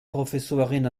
professorin